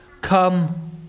come